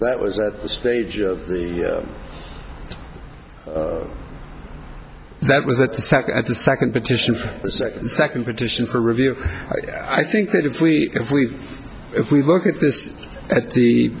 that was at the stage of the that was that the sec at the second petition for the second petition for review i think that if we if we if we look at this at the